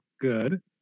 Good